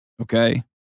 Okay